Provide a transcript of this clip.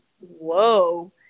whoa